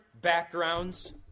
backgrounds